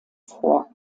vor